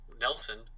Nelson